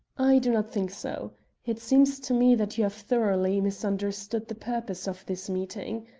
i do not think so it seems to me that you have thoroughly misunderstood the purpose of this meeting.